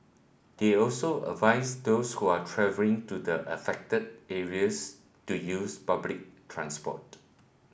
they also advised those who are travelling to the affected areas to use public transport